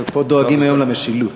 פה דואגים היום למשילות.